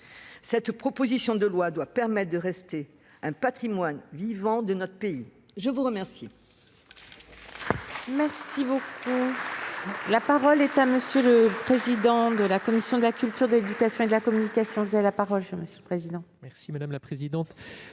Cette proposition de loi doit leur permettre de rester un patrimoine vivant de notre pays. La parole